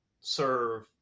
serve